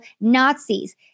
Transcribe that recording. Nazis